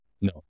No